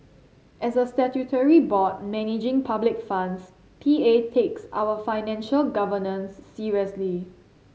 as a statutory board managing public funds P A takes our financial governance seriously